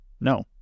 no